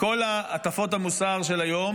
מכל הטפות המוסר של היום,